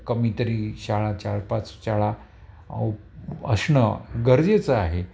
कमीतरी शाळा चार पाच शाळा असणं गरजेचं आहे